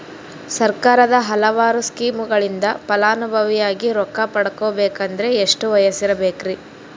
ಸರ್ಕಾರದ ಹಲವಾರು ಸ್ಕೇಮುಗಳಿಂದ ಫಲಾನುಭವಿಯಾಗಿ ರೊಕ್ಕ ಪಡಕೊಬೇಕಂದರೆ ಎಷ್ಟು ವಯಸ್ಸಿರಬೇಕ್ರಿ?